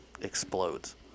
explodes